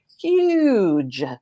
huge